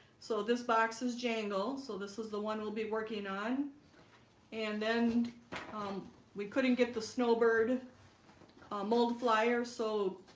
so this box is jangle. so this is the one we'll be working on and then and um we couldn't get the snowbird mold flyer, so